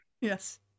Yes